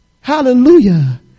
Hallelujah